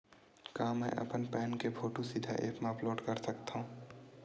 का मैं अपन पैन के फोटू सीधा ऐप मा अपलोड कर सकथव?